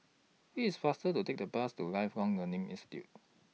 IT IS faster to Take The Bus to Lifelong Learning